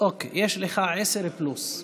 יש לך עשר פלוס.